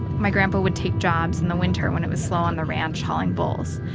my grandpa would take jobs in the winter when it was slow on the ranch hauling bulls.